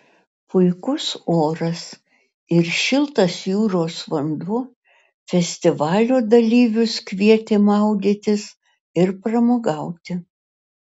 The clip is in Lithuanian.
puikus oras ir šiltas jūros vanduo festivalio dalyvius kvietė maudytis ir pramogauti